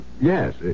Yes